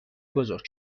بزرگ